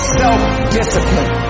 self-discipline